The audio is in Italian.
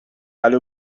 tale